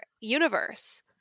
universe